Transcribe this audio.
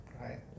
right